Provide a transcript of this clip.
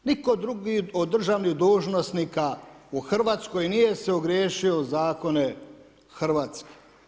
Nitko drugi od državnih dužnosnika u Hrvatskoj nije se ogriješio o zakone Hrvatske.